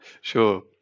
Sure